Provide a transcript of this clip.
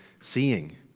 seeing